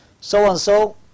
so-and-so